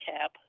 cap